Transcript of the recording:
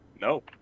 No